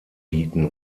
bieten